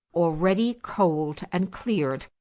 already coaled and cleared,